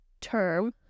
term